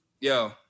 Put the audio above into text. yo